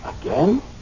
Again